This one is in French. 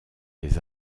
des